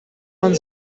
man